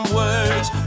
words